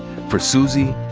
for suzy,